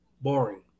boring